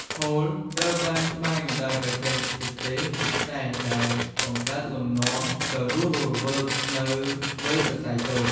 ហូល ត្រូវបានត្បាញដោយបច្ចេកទេសពិសេសដែលបង្កើតលំនាំដ៏រស់រវើកនៅលើសរសៃសូត្រ។